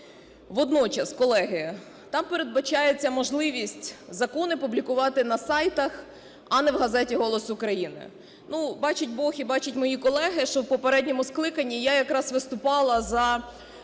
Водночас, колеги, там передбачається можливість закони публікувати на сайтах, а не в газеті "Голос України". Ну, бачить Бог і бачать мої колеги, що в попередньому скликанні я якраз виступала за